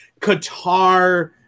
Qatar